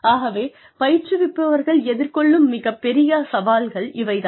ஆகவே பயிற்றுவிப்பவர்கள் எதிர்கொள்ளும் மிகப்பெர்க்கிய சவால்கள் இவை தான்